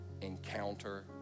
encounter